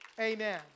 Amen